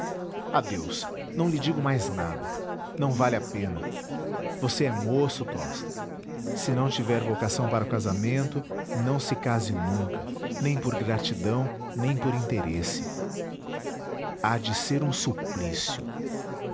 confiança adeus não lhe digo mais nada não vale a pena você é moço tosta se não tiver vocação para o casamento não se case nunca nem por gratidão nem por interesse há de ser um suplício